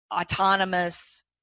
autonomous